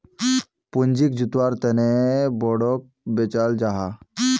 पूँजी जुत्वार तने बोंडोक बेचाल जाहा